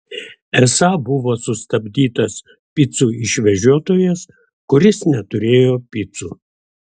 esą buvo sustabdytas picų išvežiotojas kuris neturėjo picų